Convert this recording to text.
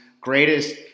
greatest